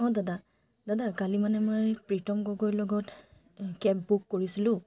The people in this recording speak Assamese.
অঁ দাদা দাদা কালি মানে মই প্ৰীতম গগৈৰ লগত কেব বুক কৰিছিলোঁ